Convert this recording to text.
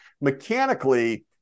Mechanically